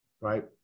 right